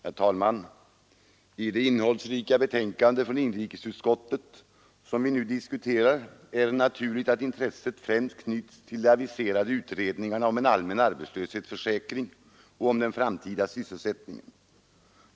Herr talman! I det innehållsrika betänkande från inrikesutskottet som vi nu diskuterar är det naturligt att intresset främst knyts till de aviserade utredningarna om en allmän arbetslöshetsförsäkring samt om den framtida sysselsättningen.